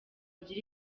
agire